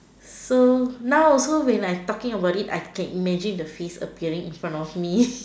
so now also when I talking about it I can imagine the face appearing in front of me